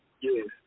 Yes